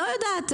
אני לא יודעת.